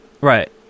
Right